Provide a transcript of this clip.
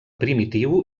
primitiu